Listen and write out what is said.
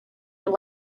your